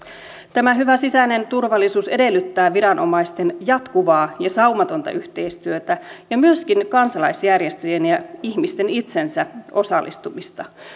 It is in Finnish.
tämä hyvä sisäinen turvallisuus edellyttää viranomaisten jatkuvaa ja saumatonta yhteistyötä ja myöskin kansalaisjärjestöjen ja ihmisten itsensä osallistumista